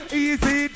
easy